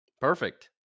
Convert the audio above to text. Perfect